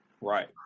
right